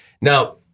Now